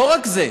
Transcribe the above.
לא רק זה.